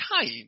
time